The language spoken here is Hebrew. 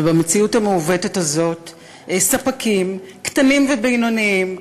ובמציאות המעוותת הזאת ספקים קטנים ובינוניים,